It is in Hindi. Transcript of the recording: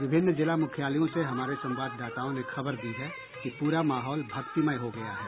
विभिन्न जिला मुख्यालयों से हमारे संवाददाताओं ने खबर दी है कि पूरा माहौल भक्तिमय हो गया है